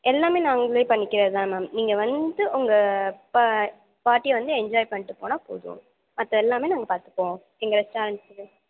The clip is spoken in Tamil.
எல்லாமே நாங்களே பண்ணிக்கிறது தான் மேம் நீங்கள் வந்து உங்கள் ப பார்ட்டியை வந்து என்ஜாய் பண்ணிட்டு போனால் போதும் மற்ற எல்லாமே நாங்கள் பார்த்துப்போம் எங்கள் ரெஸ்டாரெண்ட்டு